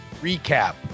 recap